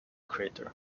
crater